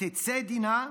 "ותצא דינה".